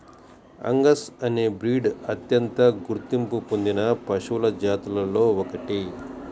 Angus అనే breed అత్యంత గుర్తింపు పొందిన పశువుల జాతులలో ఒకటి